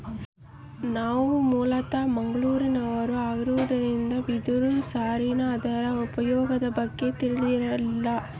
ನಾವು ಮೂಲತಃ ಮಂಗಳೂರಿನವರು ಆಗಿದ್ದರಿಂದ ಬಿದಿರು ಸಾರಿನ ಅದರ ಉಪಯೋಗದ ಬಗ್ಗೆ ತಿಳಿದಿರಲಿಲ್ಲ